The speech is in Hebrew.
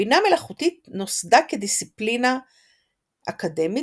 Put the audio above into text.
בינה מלאכותית נוסדה כדיסציפלינה אקדמית